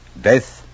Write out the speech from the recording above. death